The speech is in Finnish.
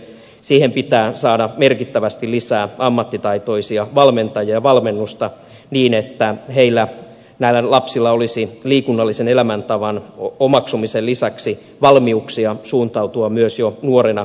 siihen pitää saada merkittävästi lisää ammattitaitoisia valmentajia ja valmennusta niin että näillä lapsilla olisi liikunnallisen elämäntavan omaksumisen lisäksi valmiuksia suuntautua myös jo nuorena kilpaurheiluun